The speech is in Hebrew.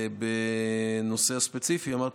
בנושא הספציפי אמרתי,